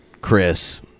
Chris